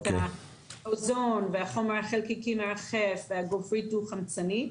את האוזן והחומר החלקיקי המרחף והגופרית דו חמצנית.